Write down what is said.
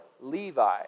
Levi